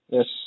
Yes